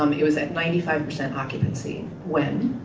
um it was at ninety five percent occupancy. when,